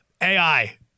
AI